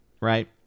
right